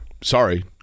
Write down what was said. sorry